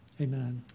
amen